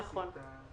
נכון.